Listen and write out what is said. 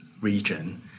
region